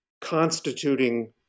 constituting